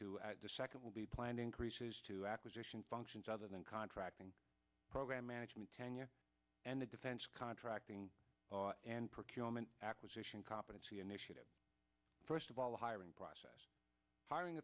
to the second will be planned increases to acquisition functions other than contracting program management tenure and the defense contracting and procurement acquisition competency initiative first of all hiring process hiring